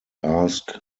ask